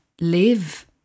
live